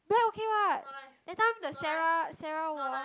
white okay what last time the Sarah Sarah wore